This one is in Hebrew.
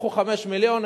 לקחו 5 מיליון,